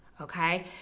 Okay